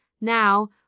now